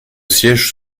siège